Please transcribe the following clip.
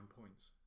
points